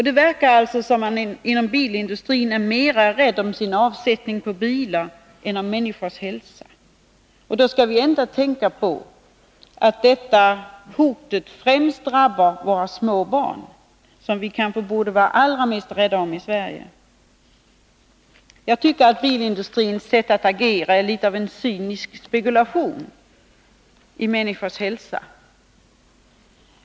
Det verkar som om man inom bilindustrin är mer rädd om sin avsättning av bilar än om människors hälsa. Men vi skall tänka på att hotet främst är riktat mot våra små barn, som vi i Sverige kanske borde vara allra mest rädda om. Bilindustrins sätt att agera är tecken på en cynisk spekulation i människors hälsa.